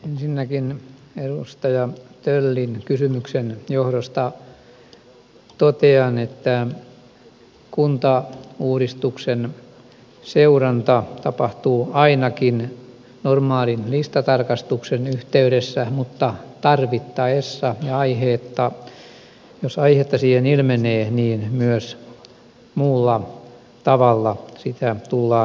ensinnäkin edustaja töllin kysymyksen johdosta totean että kuntauudistuksen seuranta tapahtuu ainakin normaalin listatarkastuksen yhteydessä mutta tarvittaessa jos aihetta siihen ilmenee myös muulla tavalla sitä tullaan seuraamaan